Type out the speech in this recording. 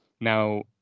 Now